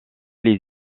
les